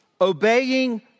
obeying